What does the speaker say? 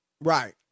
right